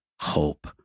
hope